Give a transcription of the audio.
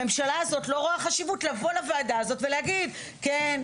הממשלה הזאת לא רואה חשיבות לבוא לוועדה הזאת ולהגיד: כן,